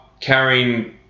carrying